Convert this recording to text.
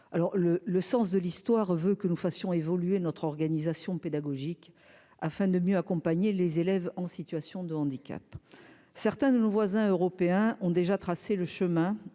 le sens de l'histoire veut que nous fassions évoluer notre organisation pédagogique afin de mieux accompagner les élèves en situation de handicap, certains de nos voisins européens ont déjà tracé le chemin